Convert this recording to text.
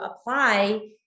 apply